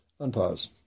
Unpause